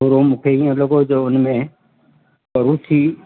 थोरो मूंखे इअं लॻो जो हुन में परोठी